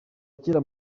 kera